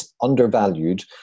undervalued